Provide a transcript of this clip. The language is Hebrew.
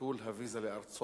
ביטול הוויזה לארצות-הברית,